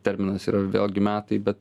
terminas yra vėlgi metai bet